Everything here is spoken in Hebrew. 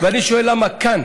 ואני שואל למה כאן,